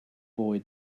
boy